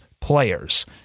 players